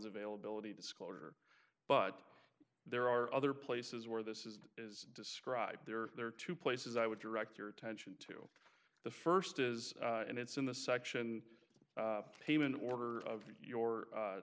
availability disclosure but there are other places where this is is described there are two places i would direct your attention to the first is and it's in the section heman order of your